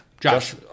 Josh